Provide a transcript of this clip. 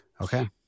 Okay